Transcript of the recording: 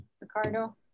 Ricardo